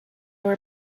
were